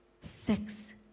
Sex